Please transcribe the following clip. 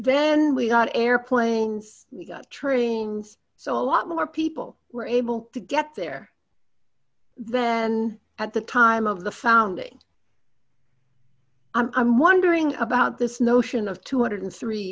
then we got airplanes trains so a lot more people were able to get there then at the time of the founding i'm wondering about this notion of two hundred and three